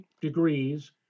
degrees